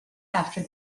after